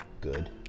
good